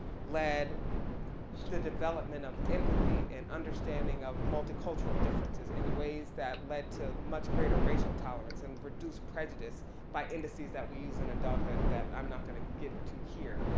led the development of empathy and understanding of multicultural differences in ways that led to much greater racial tolerance and reduced prejudice by indices that we use in adulthood that i'm not gonna get to here,